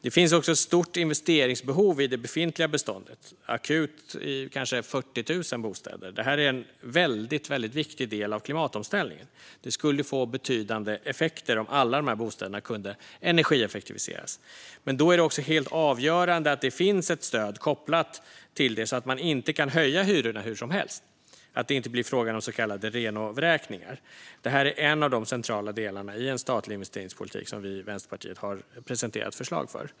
Det finns ett stort renoveringsbehov i det befintliga beståndet. Läget är akut i kanske 40 000 bostäder. Det här är en väldigt viktig del av klimatomställningen. Det skulle få betydande effekter om alla de här bostäderna kunde energieffektiviseras. Men då är det också helt avgörande att det finns ett stöd kopplat till detta, så att man inte kan höja hyrorna hur som helst. Det får inte bli fråga om så kallade renovräkningar. Det här är en av de centrala delarna i en statlig investeringspolitik som vi i Vänsterpartiet har presenterat förslag för.